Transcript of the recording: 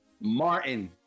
martin